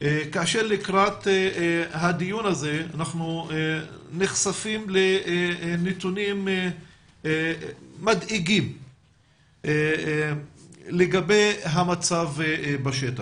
כאשר לקראת הדיון הזה אנחנו נחשפים לנתונים מדאיגים לגבי המצב בשטח.